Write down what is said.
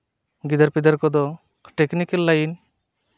ᱜᱤᱫᱟᱹᱨ ᱯᱤᱫᱟᱹᱨ ᱠᱚᱫᱚ ᱴᱮᱠᱱᱤᱠᱮᱞ ᱞᱟᱹᱭᱤᱱ